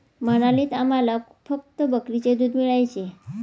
मनालीत आम्हाला फक्त बकरीचे दूध मिळायचे